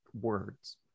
words